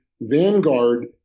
Vanguard